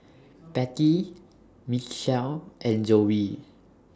Patty Mitchel and Zoey